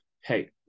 Hey